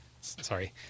sorry